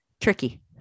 tricky